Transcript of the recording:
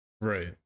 Right